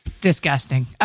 disgusting